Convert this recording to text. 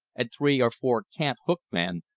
and three or four cant-hook men,